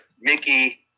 Mickey